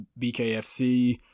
BKFC